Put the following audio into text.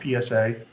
PSA